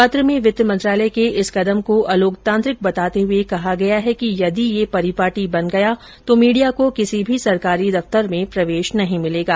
पत्र में वित्त मंत्रालय के इस कदम को अलोकतांत्रिक बताते हुए कहा गया है कि यदि यह परिपाटी बन गया तो मीडिया को किसी भी सरकारी दफ्तर में प्रवेश नहीं मिलेगा